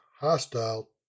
hostile